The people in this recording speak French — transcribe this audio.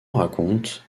raconte